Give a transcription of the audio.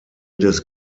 des